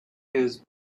his